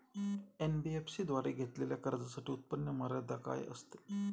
NBFC द्वारे घेतलेल्या कर्जासाठी उत्पन्न मर्यादा काय असते?